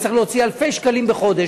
הוא צריך להוציא אלפי שקלים בחודש,